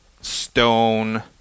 stone